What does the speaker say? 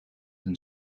een